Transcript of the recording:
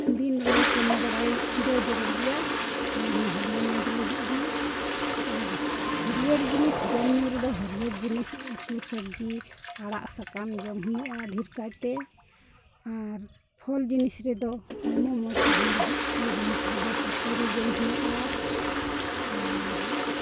ᱫᱤᱱ ᱨᱮ ᱠᱟᱹᱢᱤ ᱵᱟᱲᱟᱭ ᱫᱚ ᱡᱟᱹᱨᱩᱲ ᱜᱮᱭᱟ ᱱᱚᱣᱟ ᱦᱚᱸ ᱦᱚᱲᱢᱚ ᱢᱚᱡᱽ ᱞᱟᱹᱜᱤᱫ ᱜᱮ ᱟᱨ ᱦᱟᱹᱨᱭᱟᱹᱲ ᱡᱤᱱᱤᱥ ᱡᱚᱢᱼᱧᱩ ᱨᱮᱫᱚ ᱦᱟᱹᱨᱭᱟᱹᱲ ᱡᱤᱱᱤᱥ ᱩᱛᱩ ᱥᱚᱵᱽᱡᱤ ᱟᱲᱟᱜ ᱥᱟᱠᱟᱢ ᱡᱚᱢ ᱦᱩᱭᱩᱜᱼᱟ ᱰᱷᱮᱹᱨ ᱠᱟᱭᱛᱮ ᱟᱨ ᱯᱷᱚᱞ ᱡᱤᱱᱤᱥ ᱨᱮᱫᱚ ᱦᱚᱲᱢᱚ ᱢᱚᱡᱽ ᱛᱟᱦᱮᱱ ᱞᱟᱹᱜᱤᱫ ᱯᱷᱚᱞ ᱡᱤᱱᱤᱥ ᱨᱮᱫᱚ ᱥᱩᱯᱟᱹᱨᱤ ᱡᱚᱢ ᱦᱩᱭᱩᱜᱼᱟ ᱟᱨ